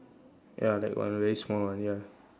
ya that one very small one ya